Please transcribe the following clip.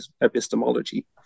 epistemology